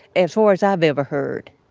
as far as i've ever heard.